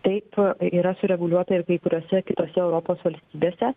taip yra sureguliuota ir kai kuriose kitose europos valstybėse